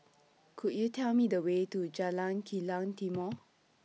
Could YOU Tell Me The Way to Jalan Kilang Timor